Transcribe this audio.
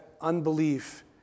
unbelief